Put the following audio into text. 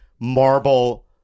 marble